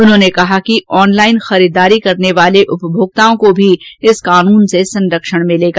उन्होंने कहा कि ऑनलाइन खरीददारी करने वाले उपमोक्ताओं को भी इस कानून से संरक्षण मिलेगा